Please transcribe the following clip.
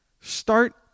Start